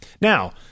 Now